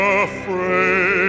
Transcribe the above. afraid